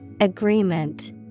Agreement